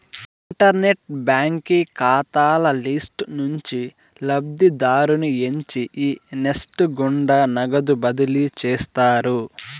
internet బాంకీ కాతాల list నుంచి లబ్ధిదారుని ఎంచి ఈ నెస్ట్ గుండా నగదు బదిలీ చేస్తారు